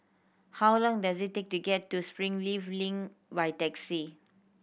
how long does it take to get to Springleaf Link by taxi